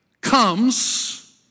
comes